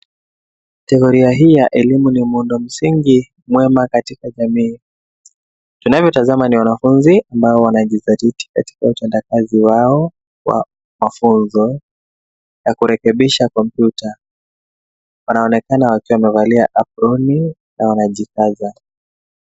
Kategoroa hii ya elimu msingi mwema katika jamii, tunavyotazama ni wanafunzi ambao wanajitahidi katika utengenezaji wao wa mafunzo na kurekebisha kompyuta,, wanaonekana wakiwa wamevalia aproni na wanajukaza.